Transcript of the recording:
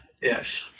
Yes